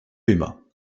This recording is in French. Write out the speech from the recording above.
aimas